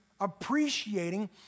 appreciating